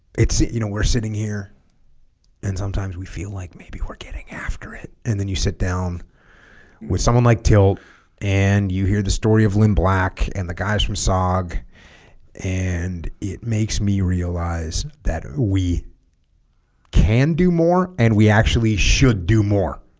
it's you know we're sitting here and sometimes we feel like maybe we're getting after it and then you sit down with someone like tilt and you hear the story of lynn black and the guys from sog and it makes me realize that we can do more and we actually should do more